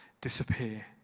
disappear